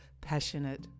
passionate